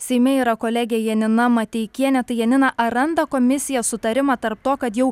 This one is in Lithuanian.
seime yra kolegė janina mateikienė tai janina ar randa komisija sutarimą tarp to kad jau